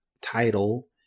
title